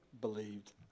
believed